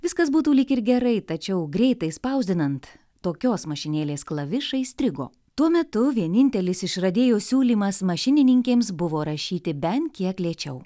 viskas būtų lyg ir gerai tačiau greitai spausdinant tokios mašinėlės klavišai strigo tuo metu vienintelis išradėjo siūlymas mašininkėms buvo rašyti bent kiek lėčiau